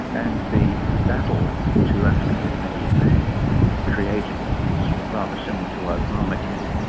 and the battle to actually get medibank created was rather similar to ah obamacare.